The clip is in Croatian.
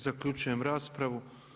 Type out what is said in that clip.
Zaključujem raspravu.